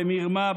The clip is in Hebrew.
במרמה,